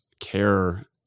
care